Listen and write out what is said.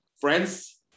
friends